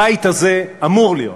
הבית הזה אמור להיות,